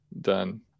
done